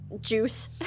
juice